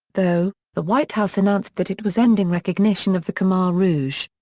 though, the white house announced that it was ending recognition of the khmer rouge.